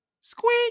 Squeak